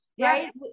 right